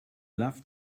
love